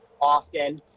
often